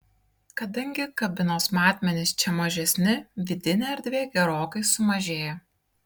kadangi kabinos matmenys čia mažesni vidinė erdvė gerokai sumažėja